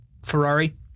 Ferrari